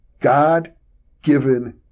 God-given